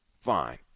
fine